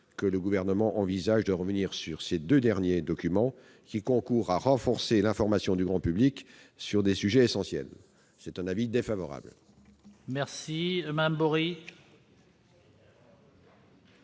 que le Gouvernement envisage de revenir sur ces deux derniers documents qui concourent à renforcer l'information du grand public sur des sujets essentiels. La commission émet un avis défavorable